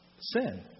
sin